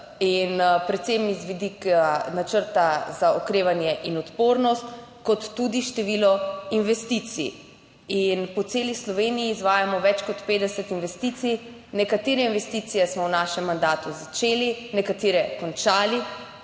in predvsem iz vidika načrta za okrevanje in odpornost, kot tudi število investicij. In po celi Sloveniji izvajamo več kot 50 investicij. Nekatere investicije smo v našem mandatu začeli, nekatere končali,